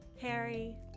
Harry